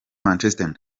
manchester